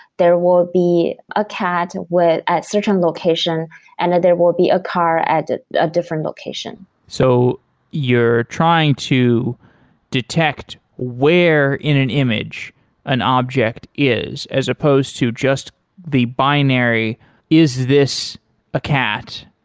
there will be a cat at certain location and that there will be a car at a different location so you're trying to detect where in an image an object is, as opposed to just the binary is this a cat?